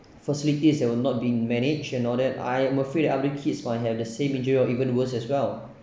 facilities that were not being managed and all that I'm afraid other kids will have the same injury or even worse as well